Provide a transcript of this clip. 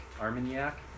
Armagnac